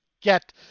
get